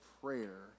prayer